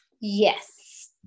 Yes